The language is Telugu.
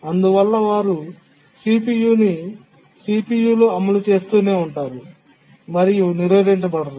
అందువల్ల వారు CPU లో అమలు చేస్తూనే ఉంటారు మరియు నిరోధించబడరు